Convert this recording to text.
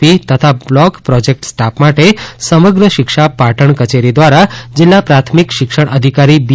પી તથા block project staff માટે સમગ્ર શિક્ષા પાટણ કચેરી દ્વારા જિલ્લા પ્રાથમિક શિક્ષણ અધિકારી બી